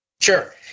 Sure